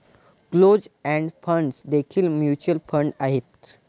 closed end funds देखील mutual fund आहेत